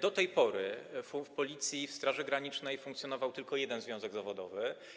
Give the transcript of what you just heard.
do tej pory zarówno w Policji, jak i w Straży Granicznej funkcjonował tylko jeden związek zawodowy.